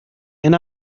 and